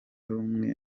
rumwe